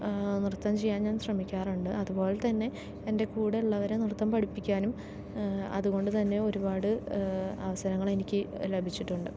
നൃത്തം ചെയ്യാൻ ഞാൻ ശ്രമിക്കാറുണ്ട് അതുപോലെത്തന്നെ എൻ്റെ കൂടെയുള്ളവരെ നൃത്തം പഠിപ്പിക്കാനും അത്തുകൊണ്ടുതന്നെ ഒരുപാട് അവസരങ്ങൾ എനിക്ക് ലഭിച്ചിട്ടുണ്ട്